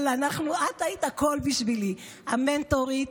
אבל את היית הכול בשבילי, המנטורית.